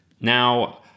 Now